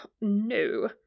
no